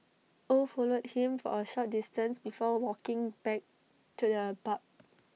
oh followed him for A short distance before walking back to the pub